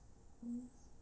mm